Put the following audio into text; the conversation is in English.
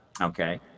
okay